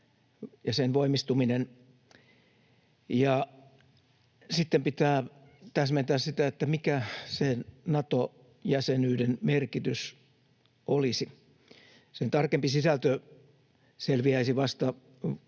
ja sen voimistuminen, ja sitten pitää täsmentää sitä, että mikä se Nato-jäsenyyden merkitys olisi. Sen tarkempi sisältö selviäisi vasta